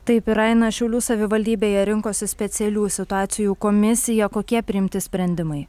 taip ir aina šiaulių savivaldybėje rinkosi specialių situacijų komisija kokie priimti sprendimai